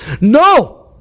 No